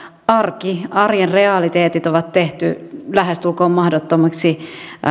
arki arjen realiteetit ovat tehneet lähestulkoon mahdottomaksi